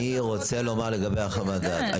אני רוצה לומר לגבי חוות הדעת.